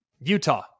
Utah